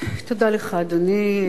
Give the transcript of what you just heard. תודה לך, אדוני.